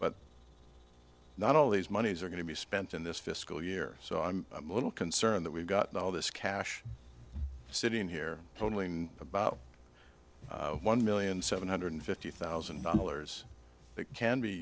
but not all these monies are going to be spent in this fiscal year so i'm i'm a little concerned that we've got all this cash sitting here only about one million seven hundred fifty thousand dollars that can be